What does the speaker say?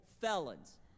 felons